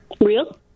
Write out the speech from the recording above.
Real